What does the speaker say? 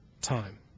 time